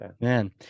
Man